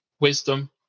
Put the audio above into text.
wisdom